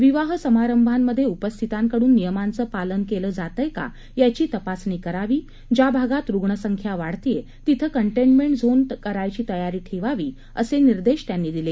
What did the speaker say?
विवाह समारंभामध्ये उपस्थितांकडून नियमांचं पालन केलं जातंय का याची तपासणी करावी ज्या भागात रुग्ण संख्या वाढतेय तिथं कंटनेमेंट झोन करायची तयारी ठेवावी असे निर्देश त्यांनी दिले